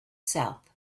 south